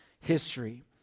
history